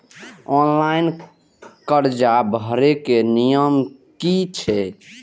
Online कर्जा भरे के नियम की छे?